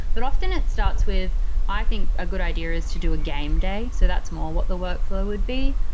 but often, it starts with i think a good idea is to do a game day, so that's more what the workflow would be.